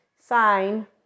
sign